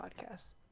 podcast